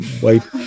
white